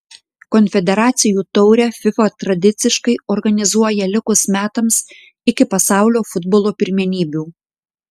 konfederacijų taurę fifa tradiciškai organizuoja likus metams iki pasaulio futbolo pirmenybių